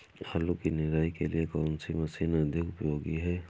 आलू की निराई के लिए कौन सी मशीन अधिक उपयोगी है?